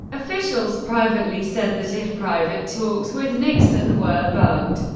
officials privately said that if private talks with nixon were bugged,